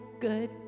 good